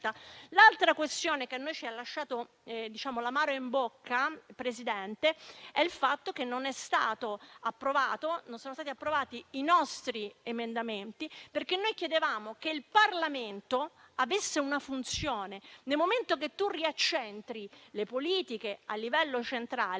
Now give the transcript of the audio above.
L'altra questione che ci ha lasciato l'amaro in bocca, signora Presidente, è il fatto che non sono stati approvati i nostri emendamenti, perché chiedevamo che il Parlamento avesse una funzione. Nel momento in cui si riaccentrano le politiche a livello centrale,